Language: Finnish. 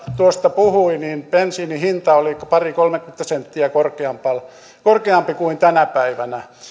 tuosta puhui niin bensiinin hinta oli pari kolmekymmentä senttiä korkeampi kuin tänä päivänä